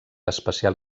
especial